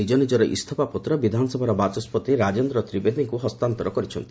ସେମାନେ ନିଜ ନିଜର ଇସ୍ତଫା ପତ୍ର ବିଧାନସଭାର ବାଚସ୍କତି ରାଜେନ୍ଦ୍ର ତ୍ରିବେଦୀଙ୍କୁ ହସ୍ତାନ୍ତର କରିଛନ୍ତି